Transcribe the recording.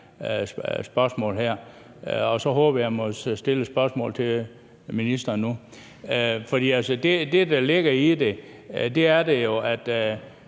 spørgsmål, og jeg håber så, at jeg nu må stille et spørgsmål til ministeren. For det, der ligger i det, er jo, at